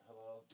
Hello